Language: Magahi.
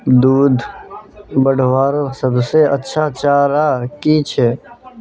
दूध बढ़वार सबसे अच्छा चारा की छे?